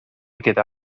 gyda